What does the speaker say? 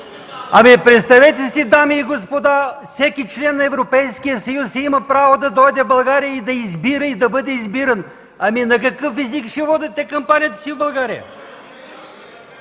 Представете си, дами и господа, всеки член на Европейския съюз има право да дойде в България – да избира, и да бъде избиран. На какъв език ще водят кампанията си в България?!